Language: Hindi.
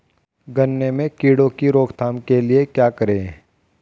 गन्ने में कीड़ों की रोक थाम के लिये क्या करें?